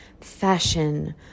fashion